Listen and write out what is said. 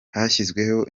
hashyizweho